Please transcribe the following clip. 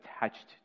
attached